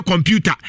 Computer